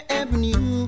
avenue